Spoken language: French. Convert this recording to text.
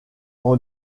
pour